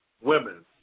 women